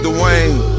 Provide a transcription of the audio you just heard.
Dwayne